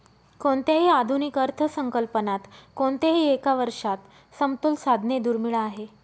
कोणत्याही आधुनिक अर्थसंकल्पात कोणत्याही एका वर्षात समतोल साधणे दुर्मिळ आहे